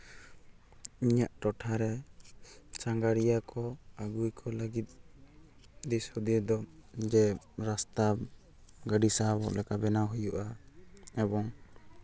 ᱤᱧᱟᱹᱜ ᱴᱚᱴᱷᱟᱨᱮ ᱥᱟᱸᱜᱷᱟᱨᱤᱭᱟᱹ ᱠᱚ ᱟᱹᱜᱩᱭ ᱠᱚ ᱞᱟᱹᱜᱤᱫ ᱫᱤᱥᱼᱦᱩᱫᱤᱥ ᱫᱚ ᱡᱮ ᱨᱟᱥᱛᱟ ᱜᱟᱹᱰᱤ ᱥᱟᱦᱚᱵᱚᱜ ᱞᱮᱠᱟ ᱵᱮᱱᱟᱣ ᱦᱩᱭᱩᱜᱼᱟ ᱮᱵᱚᱝ